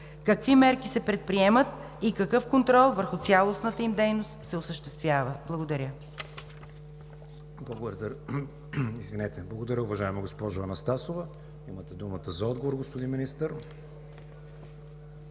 Какви мерки се предприемат и какъв контрол върху цялостната им дейност се осъществява? Благодаря